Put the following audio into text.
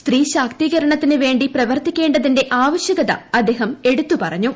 സ്ത്രീ ശാക്ത്രീക്ർണ്ത്തിന് വേണ്ടി പ്രവർത്തിക്കേണ്ടതിന്റെആവശ്യക്തൃഅദ്ദേഹംഎടുത്തുപറഞ്ഞു